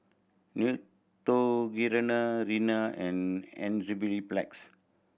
Neutrogena Rene and Enzyplex